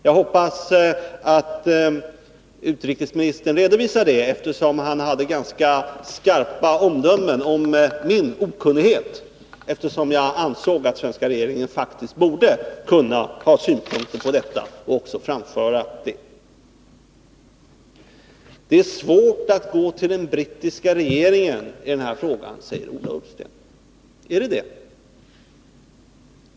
Jag hoppas att utrikesministern redovisar det, eftersom han hade ganska skarpa omdömen om min okunnighet, när jag ansåg att den svenska regeringen faktiskt borde kunna ha synpunkter på detta och också framföra dem. Det är svårt att gå till den brittiska regeringen i den här frågan, säger Ola Ullsten. Är det det?